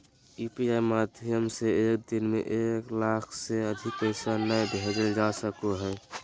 UPI माध्यम से एक दिन में एक लाख से अधिक पैसा नय भेजल जा सको हय